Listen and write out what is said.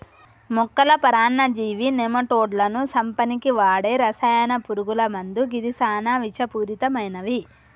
మొక్కల పరాన్నజీవి నెమటోడ్లను సంపనీకి వాడే రసాయన పురుగుల మందు గిది సానా విషపూరితమైనవి